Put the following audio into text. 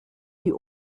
die